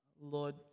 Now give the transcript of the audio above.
Lord